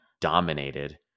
dominated